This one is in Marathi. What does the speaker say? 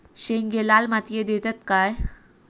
शेंगे लाल मातीयेत येतत काय?